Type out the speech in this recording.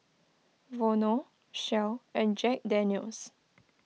Vono Shell and Jack Daniel's